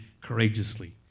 courageously